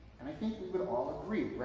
and i think we would all agree.